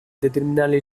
determinare